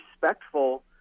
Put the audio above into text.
respectful